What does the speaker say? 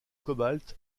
cobalt